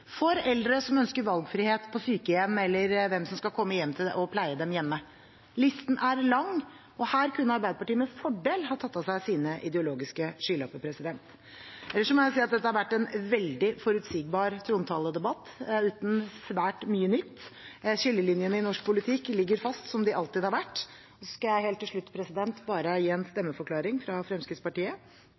for eldre som ønsker valgfrihet på sykehjem eller når det gjelder hvem som skal komme og pleie dem hjemme. Listen er lang, og her kunne Arbeiderpartiet med fordel ha tatt av seg sine ideologiske skylapper. Ellers må jeg si at dette har vært en veldig forutsigbar trontaledebatt, uten svært mye nytt. Skillelinjene i norsk politikk ligger fast som de alltid har vært. Jeg vil helt til slutt gi en stemmeforklaring fra Fremskrittspartiet.